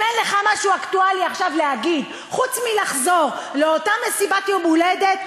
אם אין לך משהו אקטואלי עכשיו להגיד חוץ מלחזור לאותה מסיבת יום הולדת,